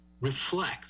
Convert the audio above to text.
Reflect